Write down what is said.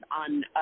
on